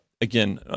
again